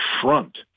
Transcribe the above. front